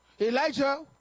Elijah